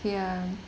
ya